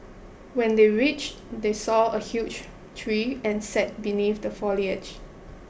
when they reached they saw a huge tree and sat beneath the foliage